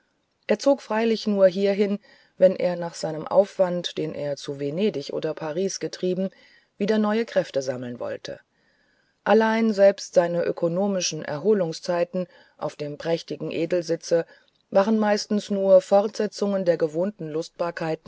er zog freilich nur hierher wenn er nach seinem aufwand den er zu venedig oder paris getrieben wieder kräfte sammeln wollte allein selbst seine ökonomischen erholungszeiten auf dem prächtigen edelsitze waren meistens nur fortsetzungen der gewohnten